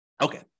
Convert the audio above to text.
okay